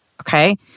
Okay